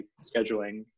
scheduling